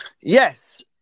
yes